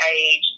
age